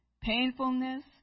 painfulness